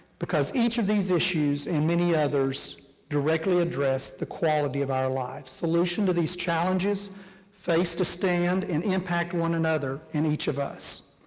because each of these issues and many others directly address the quality of our lives. solutions to these challenges face to stand and impact one another and each of us.